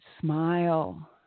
smile